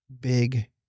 big